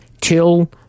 till